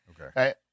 Okay